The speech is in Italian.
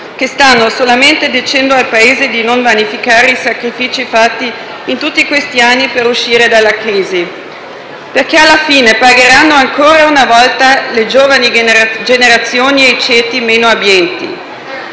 che stanno solamente dicendo al Paese di non vanificare i sacrifici fatti in tutti questi anni per uscire dalla crisi. Perché, alla fine, pagheranno ancora una volta le giovani generazioni e i ceti meno abbienti.